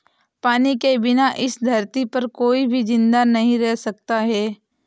पानी के बिना इस धरती पर कोई भी जिंदा नहीं रह सकता है